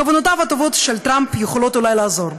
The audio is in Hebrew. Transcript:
כוונותיו הטובות של טרמפ יכולות אולי לעזור,